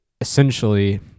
essentially